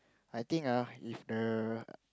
I think ah if the